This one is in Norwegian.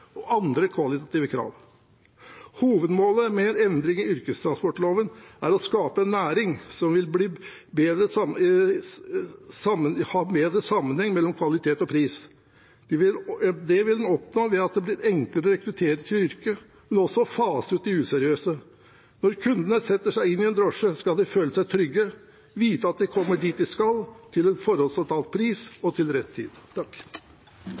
og andre kvalitative krav. Hovedmålet med en endring i yrkestransportloven er å skape en næring som vil ha bedre sammenheng mellom kvalitet og pris. Det vil en oppnå ved at det blir enklere å rekruttere til yrket, men også å fase ut de useriøse. Når kundene setter seg inn i en drosje, skal de føle seg trygge og vite at de kommer dit de skal, til en forhåndsavtalt pris